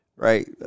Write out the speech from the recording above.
Right